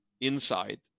inside